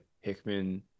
Hickman